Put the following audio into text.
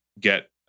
get